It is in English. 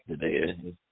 today